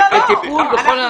יש לנו גם מפעלים בעולם,